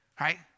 right